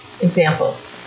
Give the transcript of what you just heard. examples